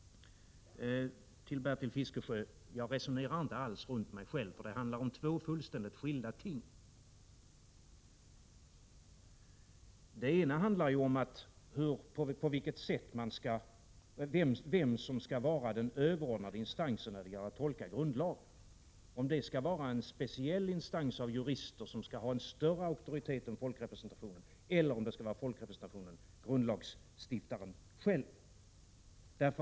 Till Bertil Fiskesjö: Jag resonerar inte alls runt mig själv, för det handlar om två fullständigt skilda ting. Det ena gäller vem som skall vara den överordnade instansen när grundlagen skall tolkas — om det skall vara en speciell instans av jurister som skall ha en större auktoritet än folkrepresentationen eller om det skall vara folkrepresentationen, grundlagsstiftaren själv.